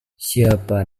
siapa